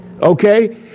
Okay